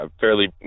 fairly